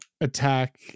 attack